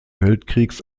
weltkriegs